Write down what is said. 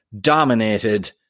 dominated